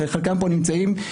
שחלקם נמצאים פה,